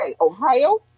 Ohio